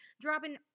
dropping